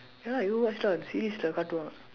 ya you go watch lah the series ல காட்டுவான்:la kaatduvaan